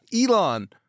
Elon